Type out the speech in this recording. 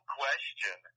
question